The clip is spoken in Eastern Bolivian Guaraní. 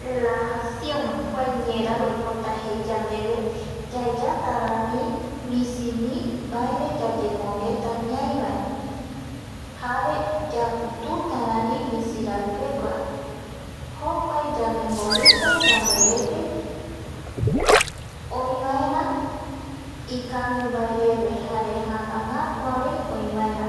﻿Relajacion kua ñeraɨ oipota jei yandeve yaeyatarari misimi mbaere yayemongueta ñaivae jare yapututa rarï misirai pegua jokua yande mborita yande rete öi vaera ikangui mbaereve jare jätagätuavei öivaera